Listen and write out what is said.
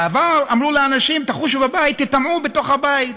בעבר אמרו לאנשים: תחושו בבית, תיטמעו בתוך הבית.